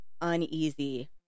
uneasy